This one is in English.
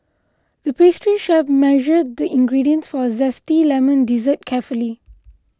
the pastry chef measured the ingredients for a Zesty Lemon Dessert carefully